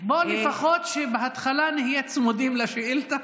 לפחות שבהתחלה נהיה צמודים לשאילתה.